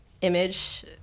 image